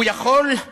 הוא, האחר,